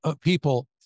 people